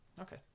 Okay